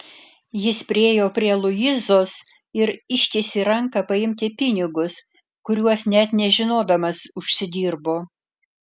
jis priėjo prie luizos ir ištiesė ranką paimti pinigus kuriuos net nežinodamas užsidirbo